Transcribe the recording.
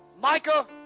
Micah